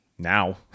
Now